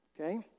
Okay